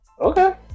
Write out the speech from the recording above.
okay